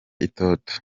itoto